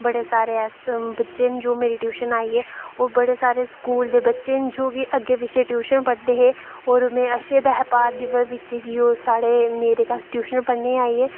बड़े सारे बच्चे न जो मेरी टयूशन आई गे ओह् बड़े सारे स्कूल दे बच्चे न जो कि अग्गैं पिच्छें टयूशन पढ़दे हे और मेरे अच्चे व्यवहार दी बजाह् नै ओह् मेरे कोल टयूशन पढ़न आई गे